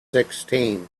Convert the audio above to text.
sixteen